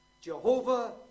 Jehovah